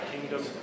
kingdom